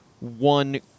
one